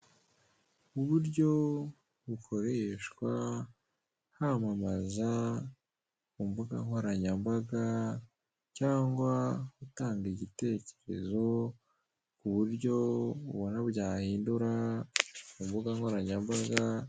Uburyo bukoreshwa bwamamaza ku mbuga nkoranyambaga, cyangwa utanga igitekerezo, ku buryo ubona byahindura imbuga nkoranyambaga.